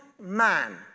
man